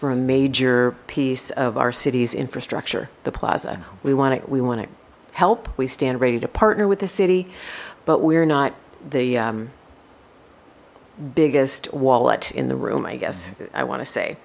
for a major piece of our city's infrastructure the plaza we want it we want to help we stand ready to partner with the city but we're not the biggest wallet in the room i guess i want to say